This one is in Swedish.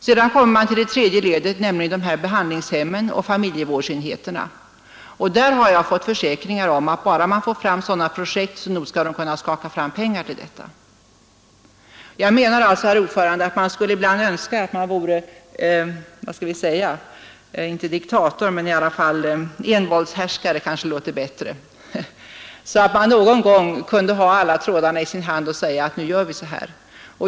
Sedan kommer vi till det tredje ledet, nämligen behandlingshemmen och familjevårdsenheterna. Jag har fått försäkringar från landstingshåll om att bara man får sådana projekt skall man nog kunna skaka fram pengar till dem. Man önskar ibland, herr talman, att man vore envåldshärskare, så att man någon gång kunde ha alla trådarna i sin hand och säga: Nu gör vi så här!